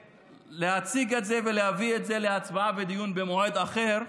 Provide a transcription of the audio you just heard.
להציג את זה ולהביא את זה להצבעה ולדיון במועד אחר,